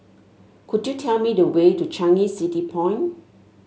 could you tell me the way to Changi City Point